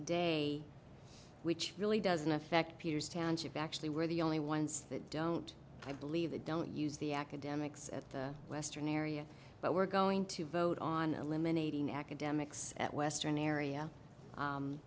day which really doesn't affect peter's township actually were the only ones that don't i believe they don't use the academics at the western area but we're going to vote on eliminating academics at western area